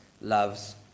loves